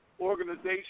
organization